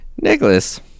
Nicholas